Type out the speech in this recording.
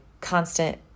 constant